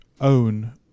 own